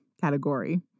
category